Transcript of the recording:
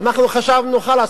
אנחנו חשבנו: חלאס,